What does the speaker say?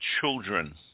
children